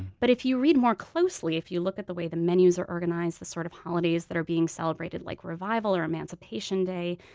but if you read more closely, if you look at the way the menus are organized, the sort of holidays that are being celebrated, like revival or emancipation day,